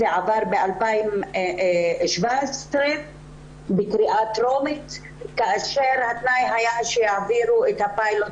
זה עבר ב-2017 בקריאה טרומית כאשר התנאי היה שיעבירו את הפיילוט